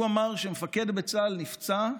הוא אמר שכשמפקד בצה"ל נפצע,